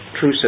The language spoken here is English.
true